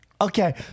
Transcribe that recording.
Okay